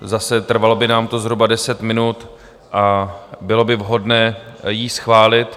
Zase, trvalo by nám to zhruba deset minut a bylo by vhodné ji schválit.